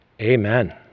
amen